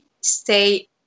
stay